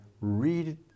read